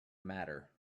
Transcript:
matter